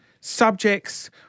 subjects